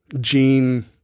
gene